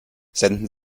senden